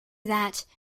that